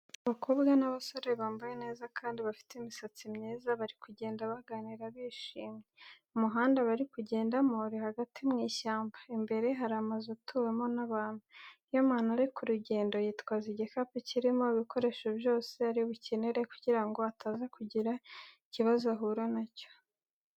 Abakobwa n'abasore bambaye neza kandi bafite imisatsi myiza, bari kugenda baganira bishimye. Umuhanda bari kugendamo uri hagati mu ishyamba, imbere hari amazu atuwemo n'abantu. Iyo umuntu ari kurugendo yitwaza igikapu kirimo ibikoresho byose ari bukenere kugira ngo ataza kugira ikibazo ahura nacyo.